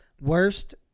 worst